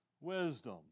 wisdom